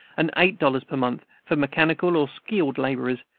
and eight dollars per month for mechanical or skilled laborers,